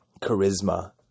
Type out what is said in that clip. charisma